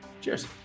Cheers